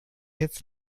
jetzt